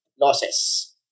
losses